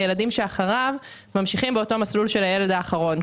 הילדים שאחריו ממשיכים באותו מסלול של הילד האחרון,